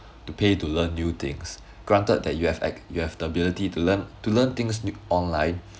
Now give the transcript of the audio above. to pay to learn new things granted that you have ab~ you have the ability to learn to learn things online